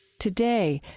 today,